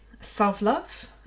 self-love